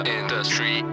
industry